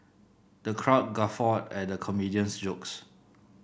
the crowd guffawed at the comedian's jokes